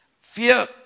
Fear